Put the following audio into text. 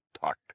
thought